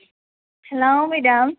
hello madam